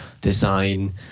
design